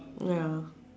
ya